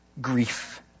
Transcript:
grief